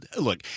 Look